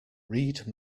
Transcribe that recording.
read